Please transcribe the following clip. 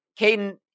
Caden